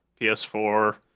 PS4